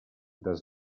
does